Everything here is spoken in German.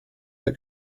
der